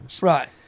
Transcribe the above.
right